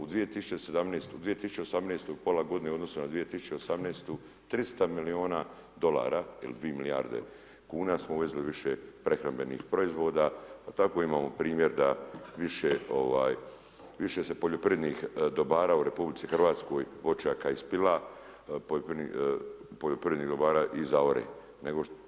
U 2017. u 2018. pola godine u odnosu na 2018. 300 milijuna dolara ili 2 milijarde kn, smo uvezli više prehrambenih proizvoda, pa tako imamo primjer da više se poljoprivrednih dobara u RH, voćaka i spila poljoprivrednih dobara i zaore, nego.